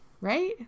Right